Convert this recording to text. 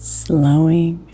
slowing